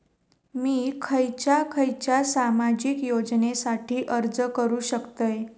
मी खयच्या खयच्या सामाजिक योजनेसाठी अर्ज करू शकतय?